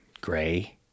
gray